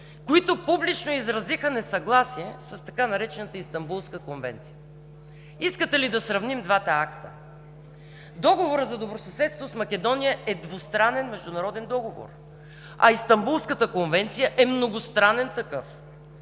които публично изразиха несъгласие с така наречената „Истанбулска конвенция“. Искате ли да сравним двата акта? Договорът за добросъседство с Македония е двустранен международен договор, а Истанбулската конвенция е многостранен такъв.